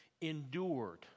endured